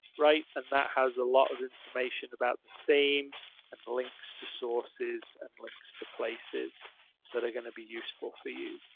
right? and that has a lot of information about the theme and the links to sources and links to places that are going to be useful for you.